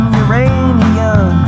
uranium